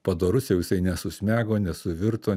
padorus jau jisai nesusmego nesuvirto